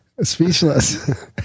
Speechless